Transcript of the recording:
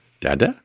Dada